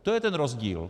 To je ten rozdíl.